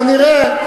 כנראה,